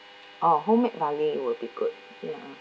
oh homemade barley would be good ya